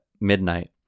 midnight